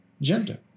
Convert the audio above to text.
gender